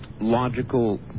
logical